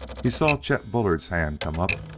he saw chet bullard's hands come up,